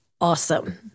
awesome